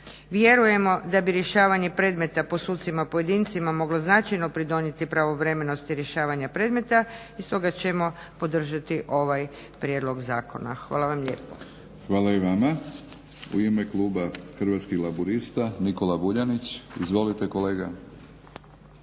Vjerujemo da bi rješavanje predmeta po sucima pojedincima moglo značajno pridonijeti pravovremenosti rješavanja predmeta i stoga ćemo podržati ovaj prijedlog zakona. Hvala vam lijepo. **Batinić, Milorad (HNS)** Hvala i vama. U ime kluba Hrvatskih laburista Nikola Vuljanić. Izvolite kolega.